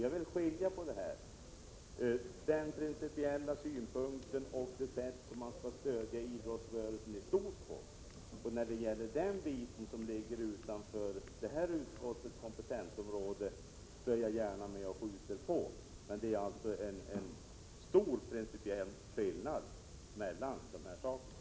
Jag vill skilja på den principiella synpunkten och det sätt på vilket man skall stödja idrottsrörelsen i stort. När det gäller den del som ligger utanför socialförsäkringsutskottets kompetensområde är jag gärna med och skjuter på. Men det är alltså en stor principiell skillnad mellan dessa saker.